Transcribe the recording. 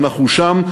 אנחנו שם,